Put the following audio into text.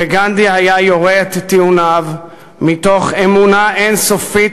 וגנדי היה יורה את טיעוניו מתוך אמונה אין-סופית